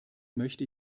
möchte